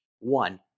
One